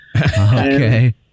Okay